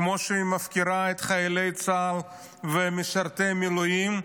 כמו שהיא מפקירה את חיילי צה"ל ומשרתי המילואים,